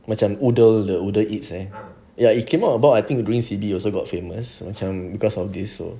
macam oodle the oodle eats like that ya it came out about during C_B also got famous because of this so